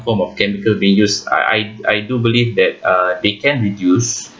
form of chemical being used I I do believe that uh they can reduce